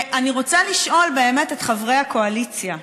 אני רוצה לשאול באמת את חברי הקואליציה,